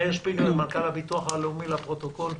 מאיר שפיגלר, מנכ"ל הביטוח הלאומי, בבקשה.